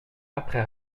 après